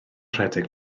rhedeg